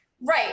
Right